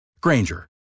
Granger